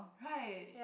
right